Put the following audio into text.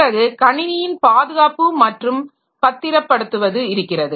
பிறகு கணினியின் பாதுகாப்பு மற்றும் பத்திரப்படுத்துவது இருக்கிறது